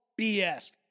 BS